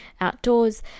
outdoors